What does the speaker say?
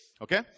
okay